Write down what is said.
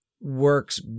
works